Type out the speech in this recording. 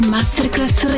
Masterclass